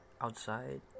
outside